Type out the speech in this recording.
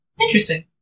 Interesting